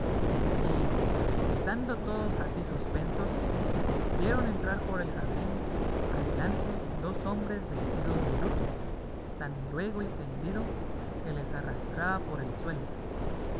y estando todos así suspensos vieron entrar por el jardín adelante dos hombres vestidos de luto tan luego y tendido que les arrastraba por el suelo